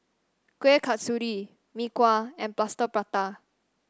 Kueh Kasturi Mee Kuah and Plaster Prata